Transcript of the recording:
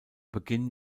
beginn